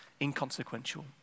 inconsequential